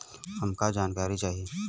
हमका जानकारी चाही?